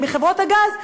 מחברות הגז,